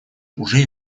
уже